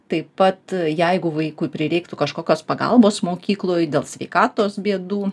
taip pat jeigu vaikui prireiktų kažkokios pagalbos mokykloj dėl sveikatos bėdų